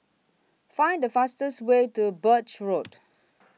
Find The fastest Way to Birch Road